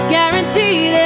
Guaranteed